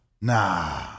Nah